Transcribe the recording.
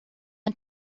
and